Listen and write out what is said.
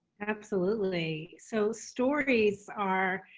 absolutely. so stories are,